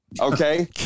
Okay